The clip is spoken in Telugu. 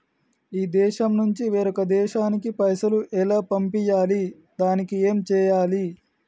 ఈ దేశం నుంచి వేరొక దేశానికి పైసలు ఎలా పంపియ్యాలి? దానికి ఏం చేయాలి?